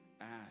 ask